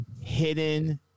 hidden